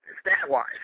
stat-wise